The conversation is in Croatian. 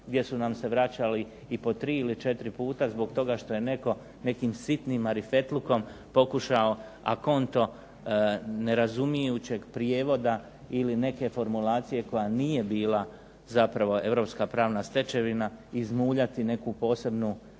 gdje su nam se vraćali i po tri ili četiri puta zbog toga što je netko nekim sitnim marifetlukom pokušao a conto nezarumijućeg prijevoda ili neke formulacije koja nije bila zapravo Europska pravna stečevina izmuljati neku posebnu